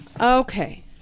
Okay